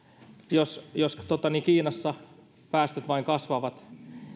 jos kiinassa päästöt vain kasvavat